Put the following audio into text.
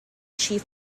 chief